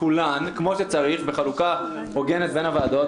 כולן כפי שצריך בחלוקה הוגנת בין הוועדות,